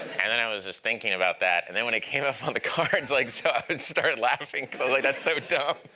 and then i was just thinking about that, and then when it came up on the cards, like i'd so start laughing because, like, that's so dumb.